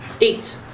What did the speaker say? Eight